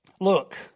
Look